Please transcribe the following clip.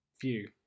view